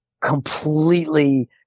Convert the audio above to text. completely